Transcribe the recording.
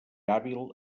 hàbil